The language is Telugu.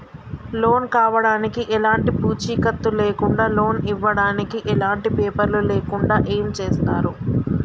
లోన్ కావడానికి ఎలాంటి పూచీకత్తు లేకుండా లోన్ ఇవ్వడానికి ఎలాంటి పేపర్లు లేకుండా ఏం చేస్తారు?